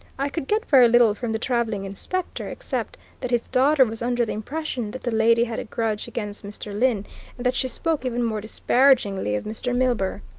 i could get very little from the travelling inspector, except that his daughter was under the impression that the lady had a grudge against mr. lyne, and that she spoke even more disparagingly of mr. milburgh.